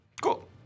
Cool